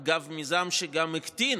אגב, זה מיזם שגם הקטין